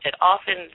Often